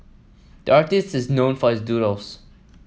the artist is known for his doodles